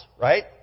Right